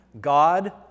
God